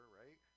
right